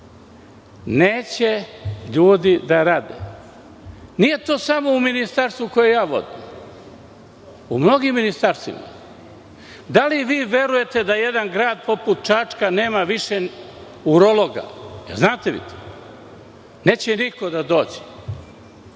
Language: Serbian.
Neće ljudi da rade. Nije to samo u ministarstvu koje ja vodim. Tako je u mnogim ministarstvima. Da li vi verujete da jedan grad poput Čačka nema više urologa? Neće niko da dođe.